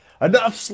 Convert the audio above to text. Enough